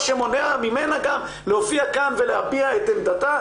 שמונע ממנה להופיע כאן ולהביע את עמדתה,